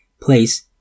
place